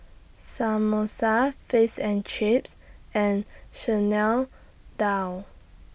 Samosa Face and Chips and Chanel Dal